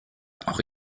auch